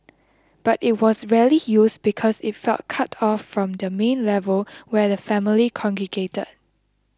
but it was rarely used because it felt cut off from the main level where the family congregated